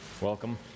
welcome